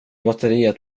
batteriet